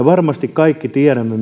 varmasti kaikki tiedämme